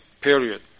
period